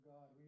God